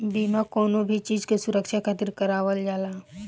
बीमा कवनो भी चीज के सुरक्षा खातिर करवावल जाला